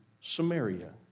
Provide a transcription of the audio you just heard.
Samaria